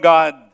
God